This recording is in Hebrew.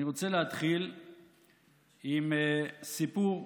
אני רוצה להתחיל עם סיפור,